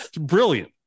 Brilliant